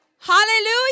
Hallelujah